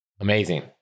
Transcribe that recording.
Amazing